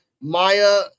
Maya